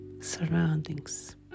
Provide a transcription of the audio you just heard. surroundings